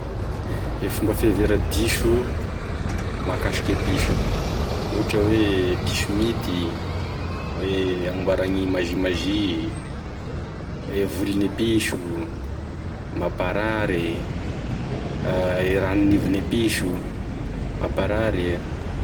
E fomba fihevera-diso mahakasiky e piso, ohatra hoe e piso minty hoe agnamboragny mazimazy, e volon'e piso mamparary, e ranonivin'e piso mamparary.